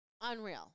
Unreal